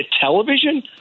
television